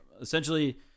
Essentially